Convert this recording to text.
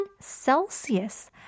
Celsius